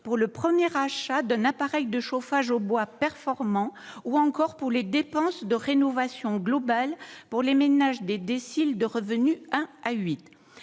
pour le premier achat d'un appareil de chauffage au bois performant ou encore pour les dépenses de rénovation globale pour les ménages des déciles de revenus un à